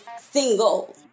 single